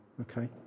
Okay